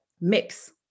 mix